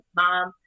mom